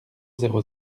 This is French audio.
zéro